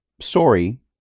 Sorry